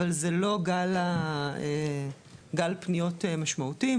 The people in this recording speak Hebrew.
אבל זה לא גל פניות משמעותי,